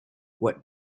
what